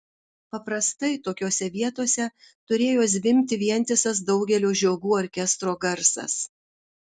paprastai tokiose vietose turėjo zvimbti vientisas daugelio žiogų orkestro garsas